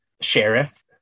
sheriff